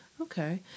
Okay